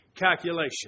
calculation